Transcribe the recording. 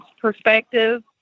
perspective